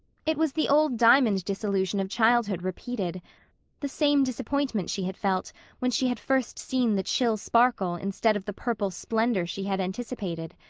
it was the old diamond disillusion of childhood repeated the same disappointment she had felt when she had first seen the chill sparkle instead of the purple splendor she had anticipated.